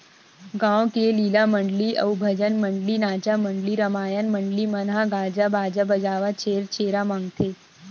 गाँव के लीला मंडली अउ भजन मंडली, नाचा मंडली, रमायन मंडली मन ह गाजा बाजा बजावत छेरछेरा मागथे